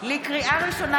לקריאה ראשונה,